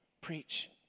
Preach